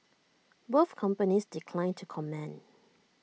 both companies declined to comment